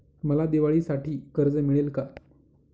मला दिवाळीसाठी कर्ज मिळेल का?